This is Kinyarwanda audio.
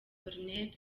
col